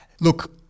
Look